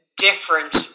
different